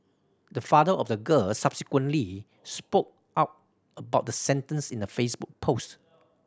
the father of the girl subsequently spoke out about the sentence in a Facebook post